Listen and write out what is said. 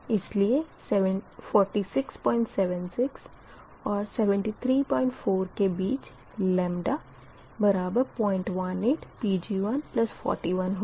इसलिए 4676 और 734 के बीच 018 Pg1 41 होगा